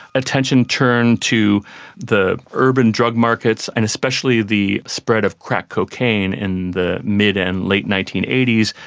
attention turned to the urban drug markets and especially the spread of crack cocaine in the mid and late nineteen eighty s,